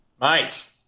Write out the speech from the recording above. mate